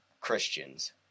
Christians